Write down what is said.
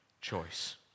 choice